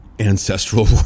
ancestral